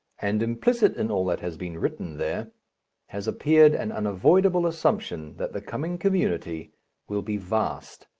and implicit in all that has been written there has appeared an unavoidable assumption that the coming community will be vast,